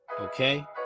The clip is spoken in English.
okay